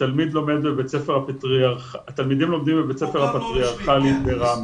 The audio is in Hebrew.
התלמידים לומדים בבית ספר הפטריארכלי בראמה.